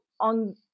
on